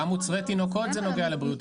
גם מוצרי תינוקות זה נוגע לבריאות הציבור.